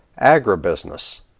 agribusiness